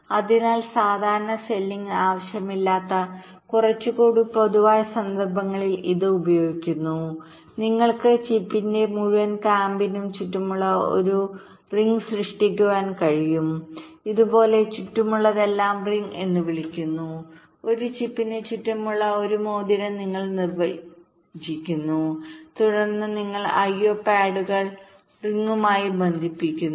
അതിനാൽ സാധാരണ സെല്ലിന് ആവശ്യമില്ലാത്ത കുറച്ചുകൂടി പൊതുവായ സന്ദർഭങ്ങളിൽ ഇത് ഉപയോഗിക്കുന്നു നിങ്ങൾക്ക് ചിപ്പിന്റെ മുഴുവൻ കാമ്പിനും ചുറ്റുമുള്ള ഒരു മോതിരം സൃഷ്ടിക്കാൻ കഴിയും ഇത് പോലെ ചുറ്റുമുള്ളവയെല്ലാം റിംഗ് എന്ന് വിളിക്കുന്നു ഒരു ചിപ്പിന് ചുറ്റുമുള്ള ഒരു മോതിരം നിങ്ങൾ നിർവ്വചിക്കുന്നു തുടർന്ന് നിങ്ങൾ IO പാഡുകൾറിംഗുമായി ബന്ധിപ്പിക്കുന്നു